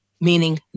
meaning